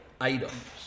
items